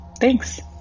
thanks